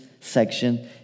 section